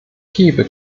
gebe